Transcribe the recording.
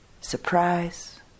surprise